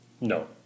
no